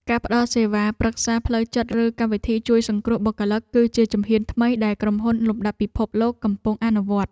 ការផ្តល់សេវាប្រឹក្សាផ្លូវចិត្តឬកម្មវិធីជួយសង្គ្រោះបុគ្គលិក គឺជាជំហានថ្មីដែលក្រុមហ៊ុនលំដាប់ពិភពលោកកំពុងអនុវត្ត។